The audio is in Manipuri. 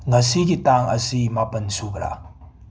ꯉꯁꯤꯒꯤ ꯇꯥꯡ ꯑꯁꯤ ꯃꯥꯄꯟ ꯁꯨꯕ꯭ꯔ